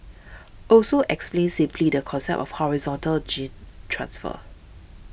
also explained simply the concept of horizontal gene transfer